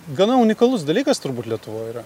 gana unikalus dalykas turbūt lietuvoj yra